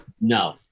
No